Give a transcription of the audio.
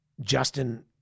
Justin